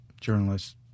journalists